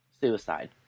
suicide